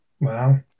Wow